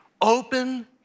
open